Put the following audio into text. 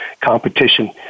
competition